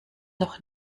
noch